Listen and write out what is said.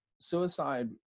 suicide